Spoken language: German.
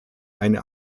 eine